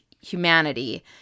humanity